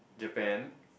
Japan